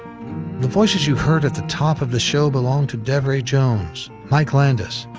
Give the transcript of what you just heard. the voices you heard at the top of the show belong to devrie jones, mike landis,